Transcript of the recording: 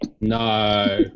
No